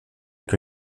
que